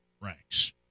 ranks